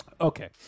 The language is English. Okay